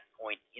point